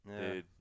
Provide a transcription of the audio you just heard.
dude